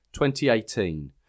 2018